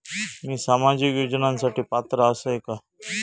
मी सामाजिक योजनांसाठी पात्र असय काय?